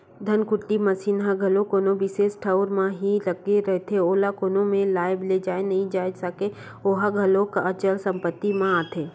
धनकुट्टी मसीन ह घलो कोनो बिसेस ठउर म ही लगे रहिथे, ओला कोनो मेर लाय लेजाय नइ जाय सकय ओहा घलोक अंचल संपत्ति म आथे